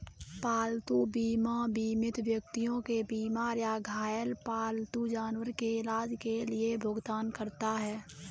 पालतू बीमा बीमित व्यक्ति के बीमार या घायल पालतू जानवर के इलाज के लिए भुगतान करता है